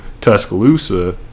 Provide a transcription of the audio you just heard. Tuscaloosa